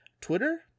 twitter